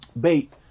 bait